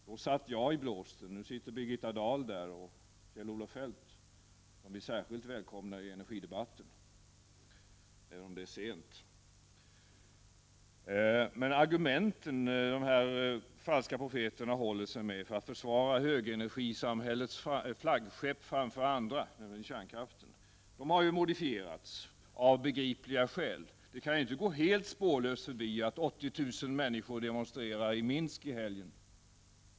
Då satt jag i blåsten. Nu sitter Birgitta Dahl där och Kjell-Olof Feldt, som vi särskilt välkomnar i energidebatten, även om det är sent. De argument som de falska profeterna håller sig med för att försvara högerenergisamhällets flaggskepp framför andra, nämligen kärnkraften, har modifierats av begripliga skäl. Det kan inte gå helt spårlöst förbi att 80 000 människor demonstrerade i Minsk i helgen.